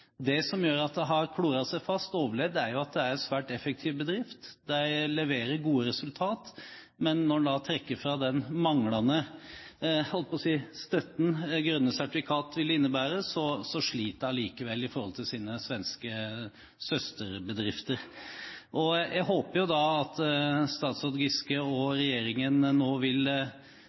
Det som gjør at de har klort seg fast og overlevd, er at det er en svært effektiv bedrift. De leverer gode resultat. Men når en trekker fra den manglende støtten grønne sertifikat vil innebære, så sliter de allikevel i forhold til sine svenske søsterbedrifter. Jeg håper at statsråd Giske og regjeringen nå virkelig vil